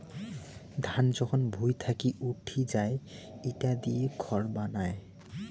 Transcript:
ধান যখন ভুঁই থাকি উঠি যাই ইটা দিয়ে খড় বানায়